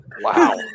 Wow